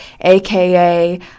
aka